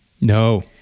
No